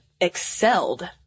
excelled